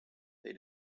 they